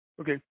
Okay